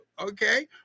okay